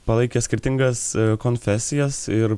palaikė skirtingas konfesijas ir